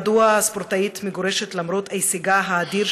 מדוע הספורטאית מגורשת למרות הישגה האדיר,